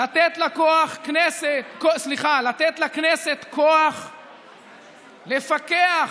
לתת לכנסת כוח לפקח.